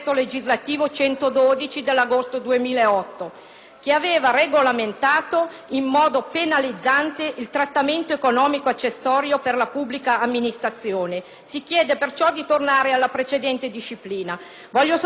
che aveva regolamentato in modo penalizzante il trattamento economico accessorio per la pubblica amministrazione. Si chiede perciò di tornare alla precedente disciplina. Voglio solo ricordare, ad esempio, che all'articolo 67,